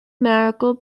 miracle